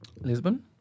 Lisbon